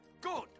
good